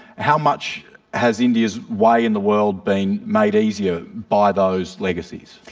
how much has india's way in the world been made easier by those legacies?